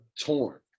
torn